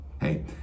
Hey